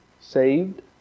saved